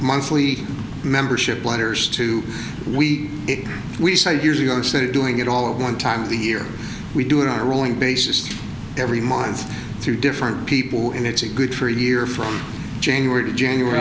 monthly membership letters to we we started years ago started doing it all of one time of the year we do it on a rolling basis every month through different people and it's a good for a year from january to january